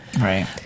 right